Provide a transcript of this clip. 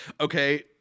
okay